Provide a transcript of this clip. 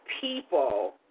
people